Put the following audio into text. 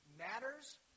Matters